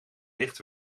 licht